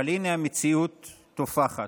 אבל הינה המציאות טופחת.